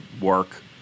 work